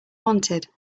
wanted